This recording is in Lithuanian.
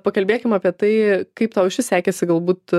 pakalbėkim apie tai kaip tau sekėsi galbūt